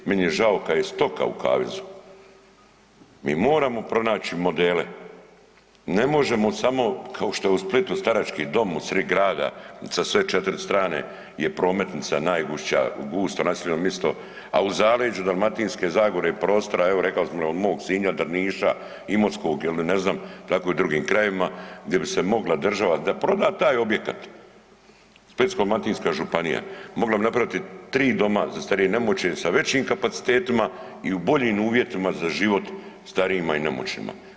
Meni je žao kad je stoka u kavezu, mi moramo pronaći modele, ne možemo samo kao što u Splitu starački dom u srid grada sa sve četiri strane je prometnica najgušća, gusto naseljeno misto, a u Zaleđu Dalmatinske zagore prostora, evo rekao sam od mog Sinja, Drniša, Imotskog ili ne znam tako i drugim krajevima gdje bi se mogla država, da proda taj objekat Splitsko-dalmatinska županija mogla bi napraviti tri doma za starije i nemoćne sa većim kapacitetima i u boljim uvjetima za život starijima i nemoćnima.